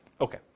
Okay